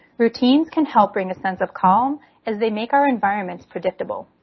routines can help bring a sense of calm as they make our environments predictable.